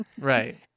right